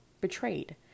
betrayed